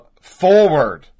forward